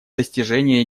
достижении